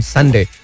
Sunday